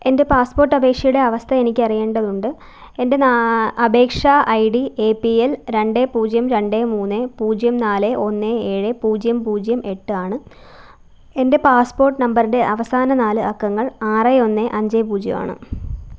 എൻ്റെ പാസ്പോർട്ട് അപേക്ഷയുടെ അവസ്ഥ എനിക്ക് അറിയേണ്ടതുണ്ട് എൻ്റെ ന അപേക്ഷാ I D A P L രണ്ട് പൂജ്യം രണ്ട് മൂന്ന് പൂജ്യം നാല് ഒന്ന് ഏഴ് പൂജ്യം പൂജ്യം എട്ട് ആണ് എൻ്റെ പാസ്പോർട്ട് നമ്പറുടെ അവസാന നാല് അക്കങ്ങൾ ആറ് ഒന്ന് അഞ്ച് പൂജ്യം ആണ്